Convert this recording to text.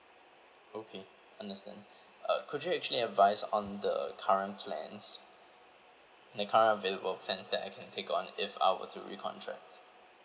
okay understand uh could you actually advise on the current plans the current available plans that I can take on if I were to recontract